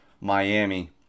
Miami